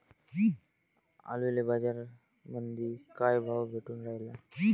आलूले बाजारामंदी काय भाव भेटून रायला?